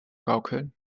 vorgaukeln